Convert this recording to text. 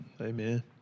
Amen